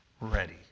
ready